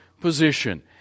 position